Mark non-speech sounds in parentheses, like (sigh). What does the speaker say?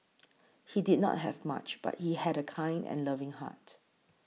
(noise) he did not have much but he had a kind and loving heart